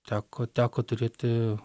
teko teko turėti